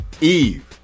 Eve